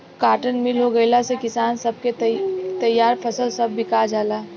cotton mill हो गईला से किसान सब के तईयार फसल सब बिका जाला